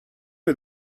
are